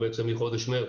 כבר מחודש מרץ,